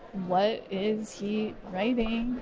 what is he writing?